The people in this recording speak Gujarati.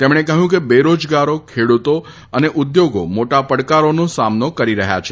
તેમણે કહ્યું કે બેરોજગારો ખેડૂતો અને ઉદ્યોગો મોટા પડકારોનો સામનો કરી રહ્યા છે